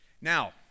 Now